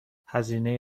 هزینه